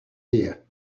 here